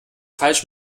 falsch